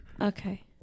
Okay